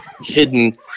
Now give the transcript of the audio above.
hidden